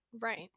Right